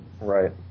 Right